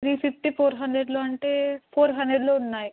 three fifty four హండ్రెడ్లో అంటే four హండ్రెడ్లో ఉన్నాయా